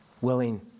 willing